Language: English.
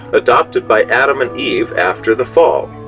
adopted by adam and eve after the fall.